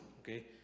okay